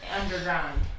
underground